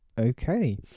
Okay